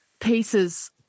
pieces